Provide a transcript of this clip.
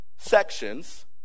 Sections